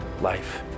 life